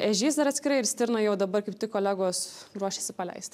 ežys dar atskirai ir stirną jau dabar kaip tik kolegos ruošiasi paleist